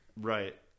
Right